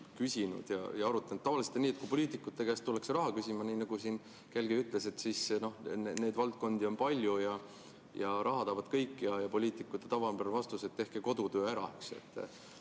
küsinud ja arutanud. Tavaliselt on nii, et kui poliitikute käest tullakse raha küsima, nii nagu siin keegi ütles, siis neid valdkondi on palju ja raha tahavad kõik, ja poliitikute tavapärane vastus on, et tehke kodutöö ära.